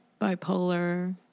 bipolar